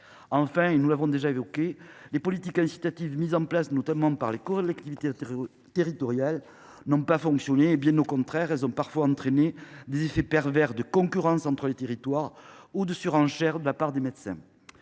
Enfin, nous l’avons déjà évoqué, les politiques incitatives, mises en place notamment par les collectivités territoriales, n’ont pas fonctionné. Bien au contraire, elles ont entraîné des effets pervers de concurrence entre les territoires et de surenchère de la part des médecins.